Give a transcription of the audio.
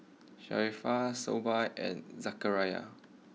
Sharifah Shoaib and Zakaria